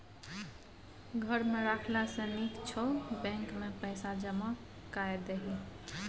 घर मे राखला सँ नीक छौ बैंकेमे पैसा जमा कए दही